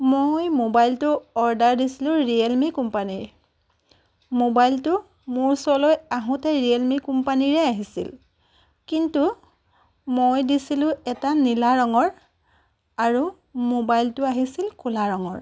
মই ম'বাইলটো অৰ্ডাৰ দিছিলো ৰিয়েলমি কোম্পানীৰ ম'বাইলটো মোৰ ওচৰলৈ আহোতে ৰিয়েলমি কোম্পানীৰে আহিছিল কিন্তু মই দিছিলো এটা নীলা ৰঙৰ আৰু ম'বাইলটো আহিছিল ক'লা ৰঙৰ